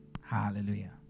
Hallelujah